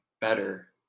better